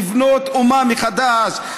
לבנות אומה מחדש,